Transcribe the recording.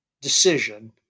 decision